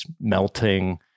melting